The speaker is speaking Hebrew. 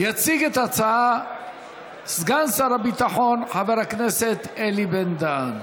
יציג את ההצעה סגן שר הביטחון חבר הכנסת אלי בן-דהן.